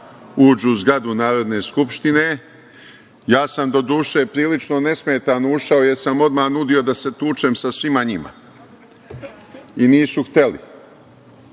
uđu u zgradu Narodne Skupštine. Ja sam do duše prilično nesmetano ušao jer sam odmah nudio da se tučem sa svima njima i nisu hteli.